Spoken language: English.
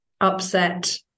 upset